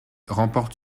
remporte